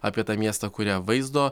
apie tą miestą kuria vaizdo